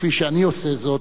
כפי שאני עושה זאת,